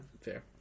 Fair